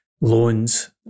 loans